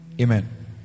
Amen